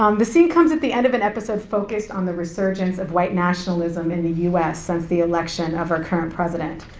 um the scene comes at the end of an episode focused on the resurgence of white nationalism in the u s. since the election of current president.